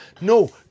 No